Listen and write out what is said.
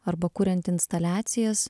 arba kuriant instaliacijas